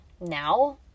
Now